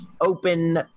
open